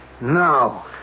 No